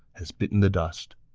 has bitten the dust.